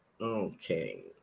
Okay